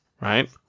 right